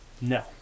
No